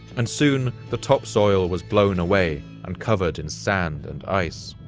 and soon the topsoil was blown away, and covered in sand and ice.